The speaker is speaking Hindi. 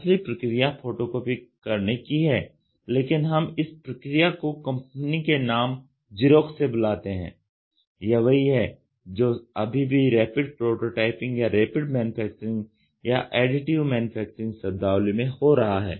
असली प्रक्रिया फोटोकॉपी करने की है लेकिन हम इस प्रक्रिया को कंपनी के नाम "जेरॉक्स" से बुलाते हैं यह वही है जो अभी भी रैपिड प्रोटोटाइपिंग या रैपिड मैन्युफैक्चरिंग या एडिटिव मैन्युफैक्चरिंग शब्दावली में हो रहा है